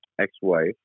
ex-wife